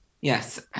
Yes